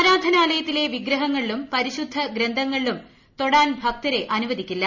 ആരാധനാലയത്തിലെ വിഗ്രഹങ്ങളിലും പരിശുദ്ധ ഗ്രന്ഥങ്ങളിലും തൊടാൻ ഭക്തരെ അനുവദിക്കില്ല